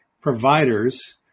providers